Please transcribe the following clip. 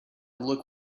look